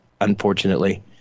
unfortunately